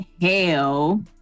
hell